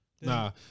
Nah